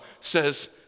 says